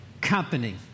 company